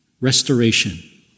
restoration